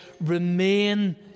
Remain